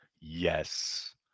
yes